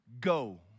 go